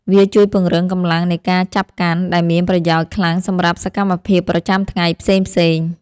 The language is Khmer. វាជួយពង្រឹងកម្លាំងនៃការចាប់កាន់ ដែលមានប្រយោជន៍ខ្លាំងសម្រាប់សកម្មភាពប្រចាំថ្ងៃផ្សេងៗ។